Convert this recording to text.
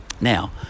now